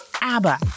ABBA